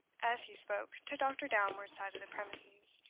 as he spoke, to doctor downward's side of the premises,